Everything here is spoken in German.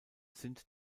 sind